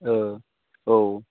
औ